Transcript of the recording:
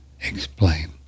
explain